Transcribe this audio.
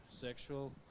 sexual